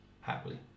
happily